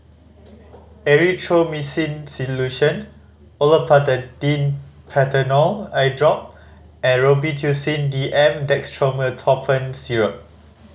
Erythroymycin Solution Olopatadine Patanol Eyedrop and Robitussin D M Dextromethorphan Syrup